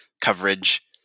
coverage